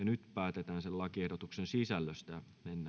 nyt päätetään lakiehdotuksen sisällöstä